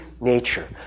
nature